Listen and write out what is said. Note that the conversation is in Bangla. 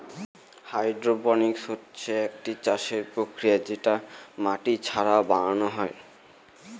হাইড্রপনিক্স হচ্ছে একটি চাষের প্রক্রিয়া যেটা মাটি ছাড়া বানানো হয়